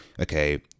Okay